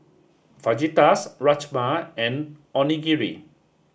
Fajitas Rajma and Onigiri